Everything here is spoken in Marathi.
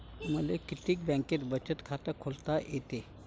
मले किती बँकेत बचत खात खोलता येते?